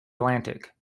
atlantic